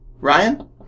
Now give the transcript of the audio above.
Ryan